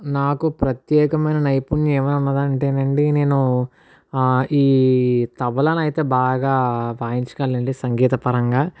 నాకు ప్రత్యేకమైన నైపుణ్యం ఏమైన ఉన్నదా అంటే అండి నేను ఈ తబలాని అయితే బాగా వాయించగలను అండి సంగీత పరంగా